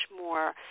more